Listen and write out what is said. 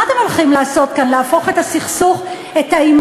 מה אתם הולכים לעשות כאן?